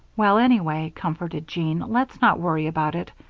well, anyway, comforted jean, let's not worry about it.